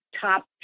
top